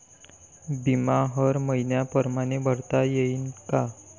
बिमा हर मइन्या परमाने भरता येऊन का?